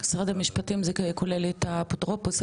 משרד המשפטים זה כולל את האפוטרופוס הכללי?